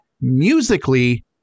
musically